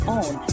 on